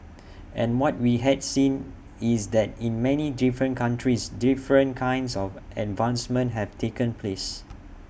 and what we had seen is that in many different countries different kinds of advancements have taken place